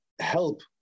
help